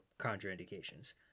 contraindications